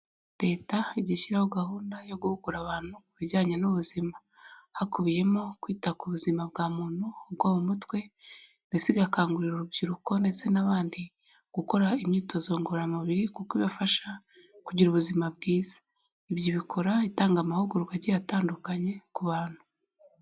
Leta ijya ishyiraho gahunda yo guhugura abantu ku bijyanye n'ubuzima hakubiyemo kwita ku buzima bwa muntu bwo mu mutwe, ndetse igakangurira urubyiruko ndetse n'abandi gukora imyitozo ngororamubiri kuko ibafasha kugira ubuzima bwiza. Ibyo bikora itanga amahugurwa agiye atandukanye ku bantu.